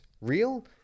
real